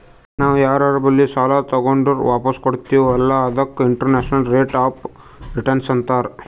ನಾವ್ ಯಾರರೆ ಬಲ್ಲಿ ಸಾಲಾ ತಗೊಂಡುರ್ ವಾಪಸ್ ಕೊಡ್ತಿವ್ ಅಲ್ಲಾ ಅದಕ್ಕ ಇಂಟರ್ನಲ್ ರೇಟ್ ಆಫ್ ರಿಟರ್ನ್ ಅಂತಾರ್